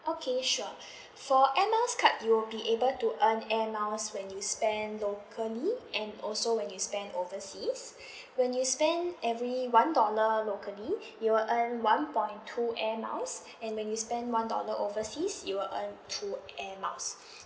okay sure for air miles card you will be able to earn air miles when you spend locally and also when you spend overseas when you spend every one dollar locally you will earn one point two air miles and when you spend one dollar overseas you will earn two air miles